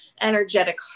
energetic